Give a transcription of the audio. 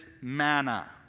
manna